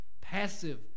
passive